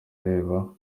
areba